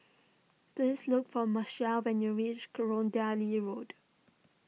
please look for Moesha when you reach Road